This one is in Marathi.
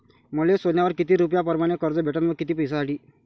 मले सोन्यावर किती रुपया परमाने कर्ज भेटन व किती दिसासाठी?